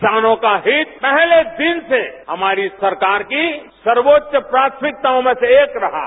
किसानों का हित पहले दिन से हमारी सरकार की सर्वोच्च प्राथमिकतायों में से एक रहा है